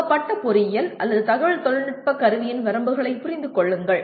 கொடுக்கப்பட்ட பொறியியல் அல்லது தகவல் தொழில்நுட்ப கருவியின் வரம்புகளைப் புரிந்து கொள்ளுங்கள்